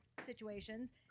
situations